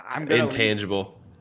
Intangible